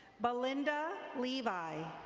belinda levi.